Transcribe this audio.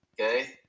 Okay